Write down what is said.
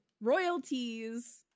royalties